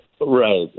Right